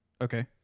Okay